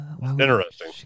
Interesting